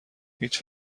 هیچ